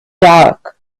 dark